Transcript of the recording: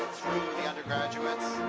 through the undergraduates.